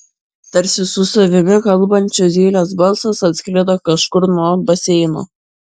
tarsi su savimi kalbančio zylės balsas atsklido kažkur nuo baseino